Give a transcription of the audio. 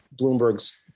Bloomberg's